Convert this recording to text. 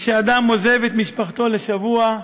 שבה אדם עוזב את משפחתו לשבוע,